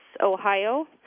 Ohio